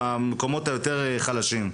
במקומות היותר חלשים?